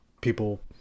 people